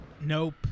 nope